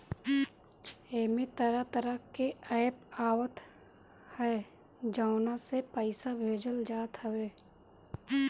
एमे तरह तरह के एप्प आवत हअ जवना से पईसा भेजल जात हवे